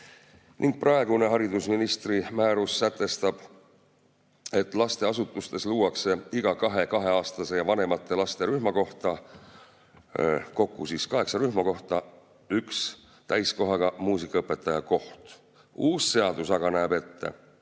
ning praegune haridusministri määrus sätestab, et lasteasutustes luuakse iga kahe kaheaastaste ja vanemate laste rühma kohta, kokku kaheksa rühma kohta, üks täiskohaga muusikaõpetaja koht. Uus seadus näeb aga